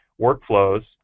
workflows